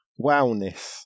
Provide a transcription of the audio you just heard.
Wellness